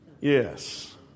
Yes